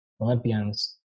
olympians